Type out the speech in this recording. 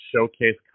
showcase